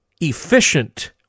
efficient